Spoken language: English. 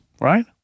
Right